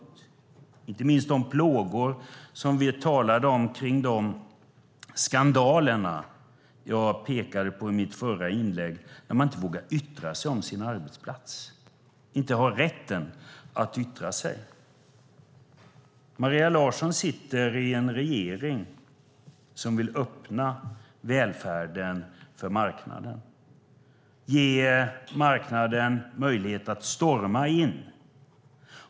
Det gäller inte minst de plågor vi talade om kring de skandaler jag pekade på i mitt förra inlägg, när man inte vågar yttra sig om sin arbetsplats - när man inte har rätten att yttra sig. Maria Larsson sitter i en regering som vill öppna välfärden för marknaden och ge marknaden möjlighet att storma in.